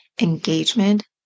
engagement